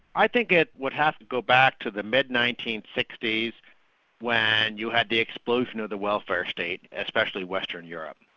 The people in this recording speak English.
i think it would have to go back to the mid nineteen sixty s when you had the explosion of the welfare estate, especially western europe.